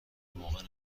موقع